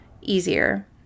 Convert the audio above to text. easier